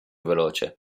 veloce